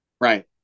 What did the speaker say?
Right